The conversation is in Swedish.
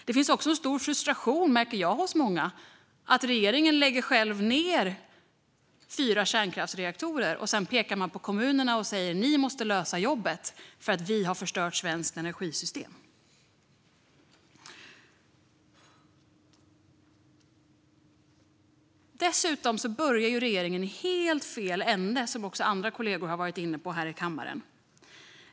Jag märker också att det finns en stor frustration hos många över att regeringen själv lägger ned fyra kärnkraftsreaktorer och sedan pekar på kommunerna och säger: Ni måste lösa problemet och göra jobbet för att vi har förstört det svenska energisystemet! Dessutom börjar regeringen i helt fel ände, som också andra kollegor har varit inne på här i kammaren.